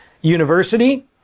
University